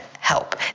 help